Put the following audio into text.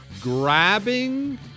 grabbing